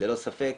ללא ספק,